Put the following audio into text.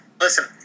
listen